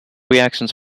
reactions